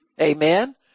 Amen